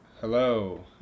Hello